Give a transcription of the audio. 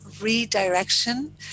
redirection